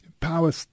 power